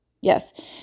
Yes